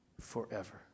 forever